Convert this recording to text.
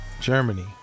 Germany